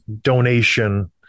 donation